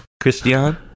Christian